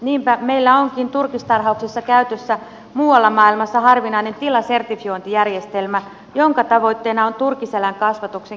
niinpä meillä onkin turkistarhauksessa käytössä muualla maailmassa harvinainen tilasertifiointijärjestelmä jonka tavoitteena on turkiseläinkasvatuksen kehittäminen